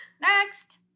Next